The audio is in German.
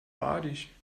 badisch